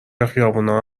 خیابونها